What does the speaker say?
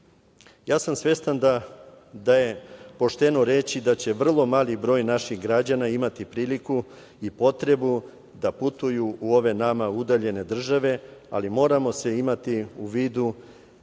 sam svestan da je pošteno reći da će vrlo mali broj naših građana imati priliku i potrebu da putuju u ove nama udaljene države, ali moramo imati u vidu